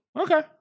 Okay